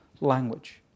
language